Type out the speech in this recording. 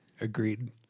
Agreed